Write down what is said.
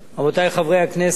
רבותי חברי הכנסת,